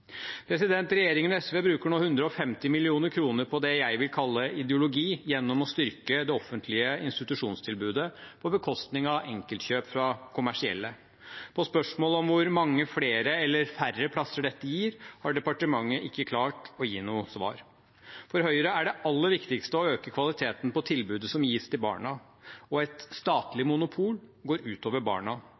Regjeringen og SV bruker nå 150 mill. kr på det jeg vil kalle ideologi, gjennom å styrke det offentlige institusjonstilbudet på bekostning av enkeltkjøp fra kommersielle. På spørsmål om hvor mange flere, eller færre, plasser dette gir, har departementet ikke klart å gi noe svar. For Høyre er det aller viktigste å øke kvaliteten på tilbudet som gis til barna. Et statlig monopol går ut over barna